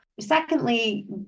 Secondly